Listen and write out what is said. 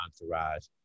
entourage